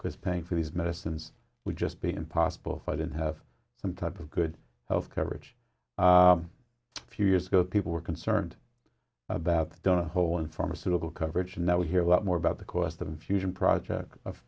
because paying for these medicines would just be impossible i didn't have some type of good health coverage a few years ago people were concerned about don't hold on pharmaceutical coverage and now we hear a lot more about the cost of fusion project of